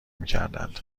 میکردند